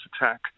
attack